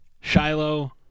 Shiloh